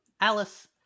Alice